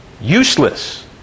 Useless